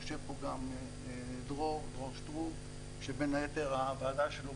יושב פה גם דרור שטרום שבין היתר הוועדה שלו